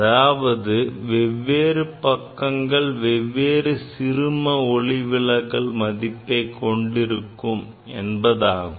அதாவது வெவ்வேறு பக்கங்கள் வெவ்வேறு சிறும ஒளிவிலகல் மதிப்பை கொண்டிருக்கும் என்பதாகும்